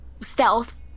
stealth